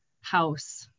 house